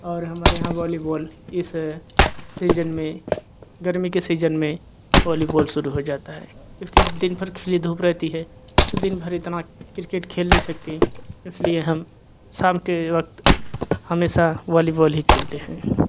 और हमारे यहाँ वॉली बॉल ही इस सीजन में गर्मी के सीजन में वॉली बॉल शुरू हो जाता है क्योंकि दिन भर खिली धूप रहती है तो दिन भर इतना क्रिकेट खेल नहीं सकते इसलिए हम शाम के वक्त हमेशा वॉली बॉल ही खेलते है